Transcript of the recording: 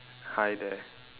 hi there